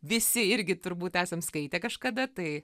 visi irgi turbūt esam skaitę kažkada tai